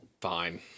Fine